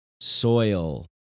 soil